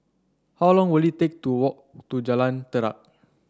how long will it take to walk to Jalan Jarak